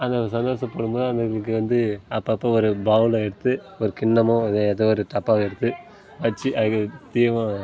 அதான் சந்தோஷப்படும் போது அதுங்களுக்கு வந்து அப்பப்போ ஒரு பவுல்ல எடுத்து ஒரு கிண்ணமோ இல்லை ஏதோ ஒரு டப்பாவோ எடுத்து வச்சு அதுக்கு தீவனம்